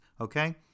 okay